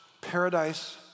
Paradise